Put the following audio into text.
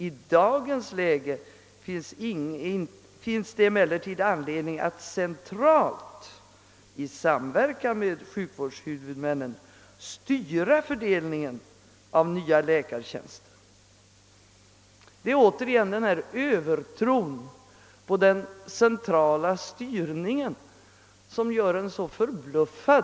I dagens läge finns det emellertid anledning att centralt i samverkan med sjukvårdshuvudmännen styra fördelningen av nya läkartjänster ———.» Här möter vi återigen den övertro på central styrning som är så förbluffande.